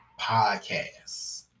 podcast